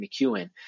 McEwen